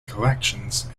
collections